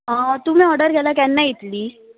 तुमी ऑर्डर केल्यार केन्ना येतलीं